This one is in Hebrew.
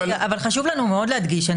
אבל חשוב לנו מאוד להדגיש,